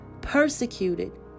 persecuted